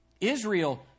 Israel